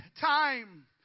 time